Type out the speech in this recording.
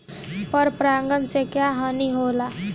पर परागण से क्या हानि होईला?